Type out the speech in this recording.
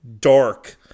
Dark